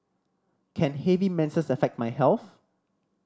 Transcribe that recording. can heavy menses affect my health